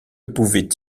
pouvaient